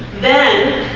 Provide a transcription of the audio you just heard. then